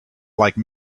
like